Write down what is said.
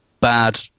bad